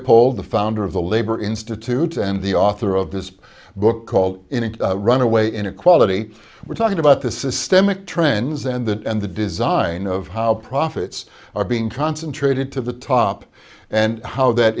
leopold the founder of the labor institute and the author of this book called runaway inequality we're talking about the systemic trends and that and the design of how profits are being concentrated to the top and how that